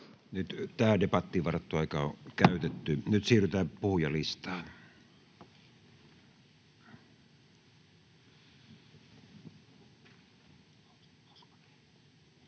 Nyt tähän debattiin varattu aika on käytetty. Nyt siirrytään puhujalistaan.